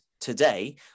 today